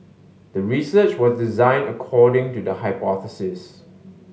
the research was designed according to the hypothesis